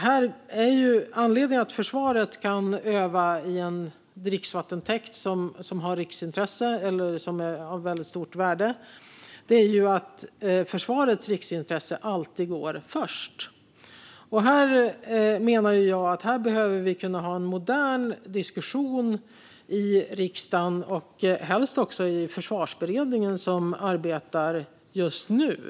Anledningen till att försvaret kan öva i en dricksvattentäkt som har riksintresse eller stort värde är att försvarets riksintresse alltid går först. Jag menar att vi behöver kunna ha en modern diskussion om detta i riksdagen, och helst också i Försvarsberedningen, som arbetar just nu.